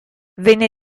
venne